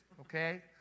okay